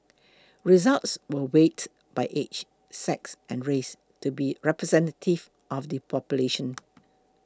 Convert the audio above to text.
results were weighted by age sex and race to be representative of the population